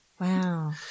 Wow